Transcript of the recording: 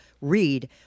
read